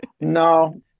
No